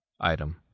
Item